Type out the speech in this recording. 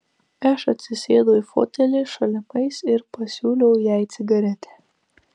aš atsisėdau į fotelį šalimais ir pasiūliau jai cigaretę